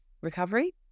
recovery